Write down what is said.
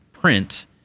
print